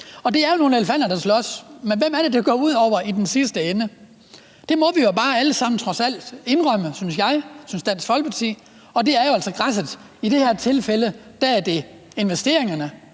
Det er jo nogle elefanter, der slås, men hvem er det, det går ud over i den sidste ende? Det må vi jo trods alt alle indrømme, synes jeg og Dansk Folkeparti, altså er græsset. I det her tilfælde er det investeringerne